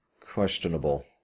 questionable